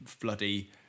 bloody